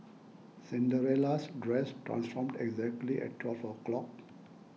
Cinderella's dress transformed exactly at twelve o'clock